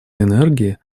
энергии